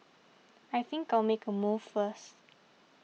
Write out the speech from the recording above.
I think I'll make a move first